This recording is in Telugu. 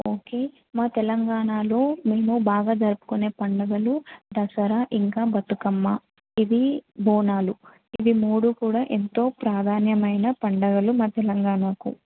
ఓకే మా తెలంగాణలో మేము బాగా జరుపుకునే పండగలు దసరా ఇంకా బతుకమ్మ ఇవి బోనాలు ఇవి మూడు కూడా ఎంతో ప్రాధాన్యమైన పండగలు మా తెలంగాణకు